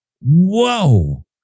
Whoa